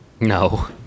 No